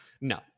No